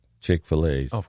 Chick-fil-A's